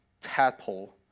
tadpole